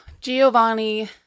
Giovanni